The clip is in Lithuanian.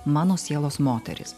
mano sielos moterys